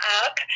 up